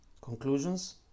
Conclusions